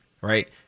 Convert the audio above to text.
Right